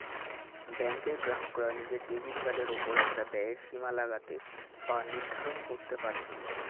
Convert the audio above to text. ব্যাঙ্কের গ্রাহকরা নিজের ডেবিট কার্ডের ওপর একটা ব্যয়ের সীমা লাগাতে বা নির্ধারণ করতে পারে